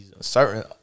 Certain